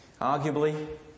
Arguably